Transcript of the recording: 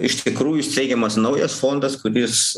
iš tikrųjų steigiamas naujas fondas kuris